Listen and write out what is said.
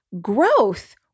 growth